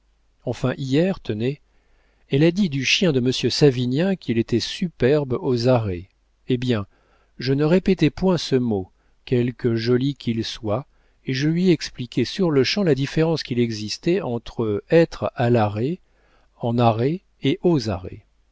enfin hier tenez elle a dit du chien de monsieur savinien qu'il était superbe aux arrêts eh bien je ne répétai point ce mot quelque joli qu'il soit et je lui ai expliqué sur-le-champ la différence qui existe entre être à l'arrêt en arrêt et aux arrêts